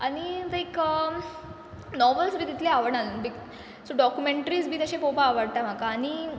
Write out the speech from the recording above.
आनी ताका नॉवल्स बी तितले आवडना बिक सो डॉकुमँट्रीज बी तशें पळोवपा आवडटा म्हाका आनी